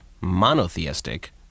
monotheistic